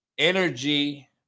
energy